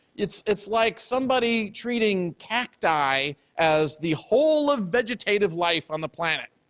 it's it's like somebody treating cacti as the whole of vegetative life on the planet